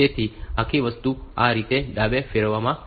તેથી આખી વસ્તુ આ રીતે ડાબે ફેરવવામાં આવે છે